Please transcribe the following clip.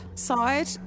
side